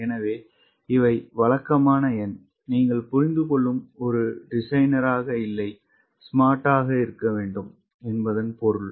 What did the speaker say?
எனவே இவை வழக்கமான எண் நீங்கள் புரிந்துகொள்ளும் ஒரு டிசைனராக இல்லை ஸ்மார்ட் ஆக இருக்க வேண்டும் என்பதன் பொருள்